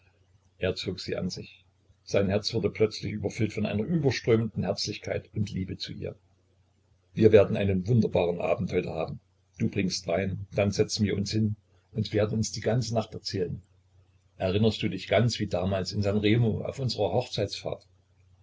er zog sie an sich sein herz wurde plötzlich überfüllt von einer überströmenden herzlichkeit und liebe zu ihr wir werden einen wunderbaren abend heute haben du bringst wein dann setzen wir uns hin und werden uns die ganze nacht erzählen erinnerst du dich ganz wie damals in san remo auf unserer hochzeitsfahrt